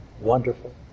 wonderful